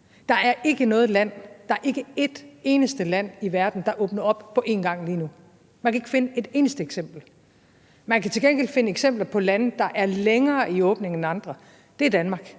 eller 2 m at gøre. Der er ikke et eneste land i verden, der åbner op på en gang lige nu; man kan ikke finde et eneste eksempel. Man kan til gengæld finde eksempler på lande, der er længere i åbningen end andre – og det er Danmark.